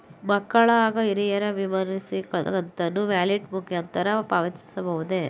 ಮಕ್ಕಳ ಹಾಗೂ ಹಿರಿಯರ ವಿಮಾ ಪಾಲಿಸಿ ಕಂತನ್ನು ವ್ಯಾಲೆಟ್ ಮುಖಾಂತರ ಪಾವತಿಸಬಹುದೇ?